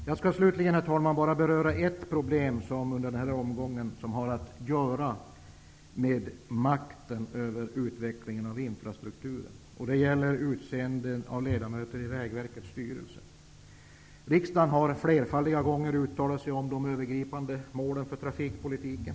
Jag skall slutligen, herr talman, bara beröra ett problem i denna omgång som har att göra med makten över utvecklingen av infrastrukturen. Det gäller utseende av ledamöter i Vägverkets styrelse. Riksdagen har flerfaldiga gånger uttalat sig om de övergripande målen för trafikpolitiken.